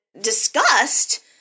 discussed